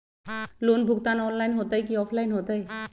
Loan भुगतान online होतई कि ऑफलाइन होतई?